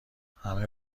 همه